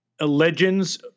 Legends